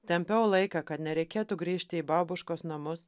tempiau laiką kad nereikėtų grįžti į babuškos namus